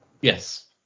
Yes